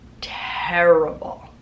terrible